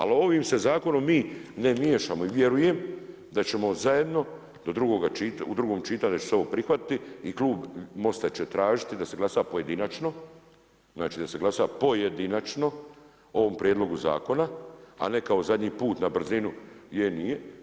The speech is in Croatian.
Ali ovim se zakonom mi ne miješamo i vjerujem da ćemo zajedno do drugog čitanja da će se ovo prihvatiti i Klub Mosta će tražiti da se glasa pojedinačno, znači da se glasa pojedinačno o ovom Prijedlogu zakona, a ne kao zadnji put na brzinu je nije.